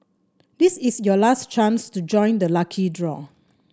this is your last chance to join the lucky draw